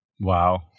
Wow